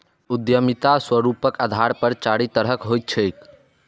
उद्यमिता स्वरूपक आधार पर चारि तरहक होइत छैक